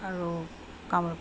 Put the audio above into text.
আৰু কামৰূপ